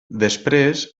després